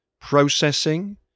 processing